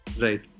right